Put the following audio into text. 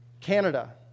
Canada